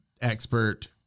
expert